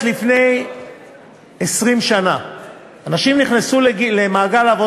הבנתי שידידי לא מבין, כי במקום להגיד לי מברוכ,